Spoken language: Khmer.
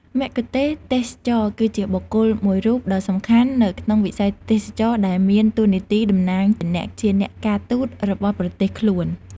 មគ្គុទ្ទេសក៍ទេសចរគឺជាបុគ្គលមួយរូបដ៏សំខាន់នៅក្នុងវិស័យទេសចរណ៍ ដែលមានតួនាទីតំណាងជាអ្នកការទូតរបស់ប្រទេសខ្លួន។